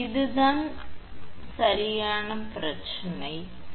இதுதான் பிரச்சனை சரி